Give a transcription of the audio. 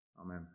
amen